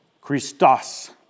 Christos